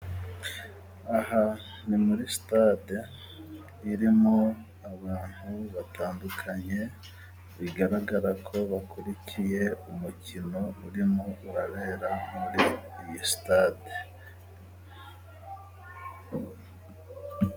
Aha ni muri sitade, irimo abantu batandukanye bigaragara ko bakurikiye umukino urimo urabera muri iyi sitade.